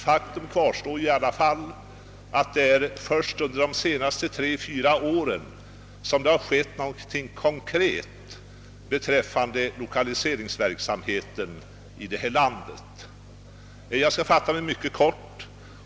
Faktum kvarstår, att det först under de senaste tre, fyra åren skett någonting konkret beträffande lokaliseringsverksamheten i detta land. Jag skall fatta mig mycket kort.